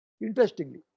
Interestingly